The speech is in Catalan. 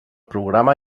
programa